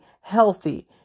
healthy